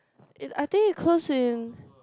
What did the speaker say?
it I think it close in